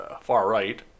Far-right